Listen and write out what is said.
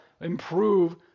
improve